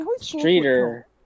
Streeter